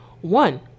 One